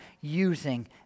using